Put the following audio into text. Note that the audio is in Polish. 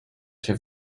się